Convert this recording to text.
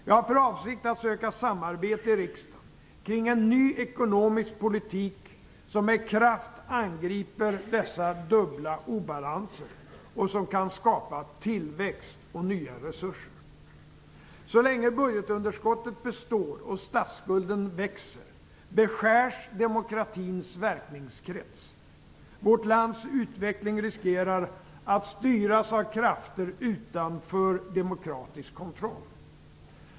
Jag har för avsikt att söka samarbete i riksdagen kring en ny ekonomisk politik, som med kraft angriper dessa dubbla obalanser och som kan skapa tillväxt och nya resurser. Så länge budgetunderskottet består och statsskulden växer, beskärs demokratins verkningskrets. Vårt lands utveckling riskerar att styras av krafter utanför demokratisk kontroll.